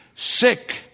Sick